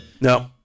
No